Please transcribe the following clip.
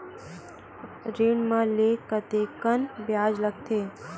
ऋण ले म कतेकन ब्याज लगथे?